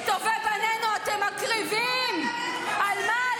את טובי בנינו אתם מקריבים -- טובי בנינו ----- על מה,